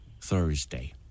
Thursday